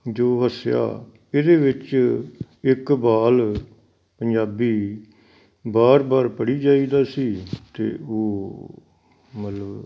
ਜੋ ਹੱਸਿਆ ਇਹਦੇ ਵਿੱਚ ਇਕਬਾਲ ਪੰਜਾਬੀ ਵਾਰ ਵਾਰ ਪੜ੍ਹੀ ਜਾਈਦਾ ਸੀ ਅਤੇ ਉਹ ਮਤਲਬ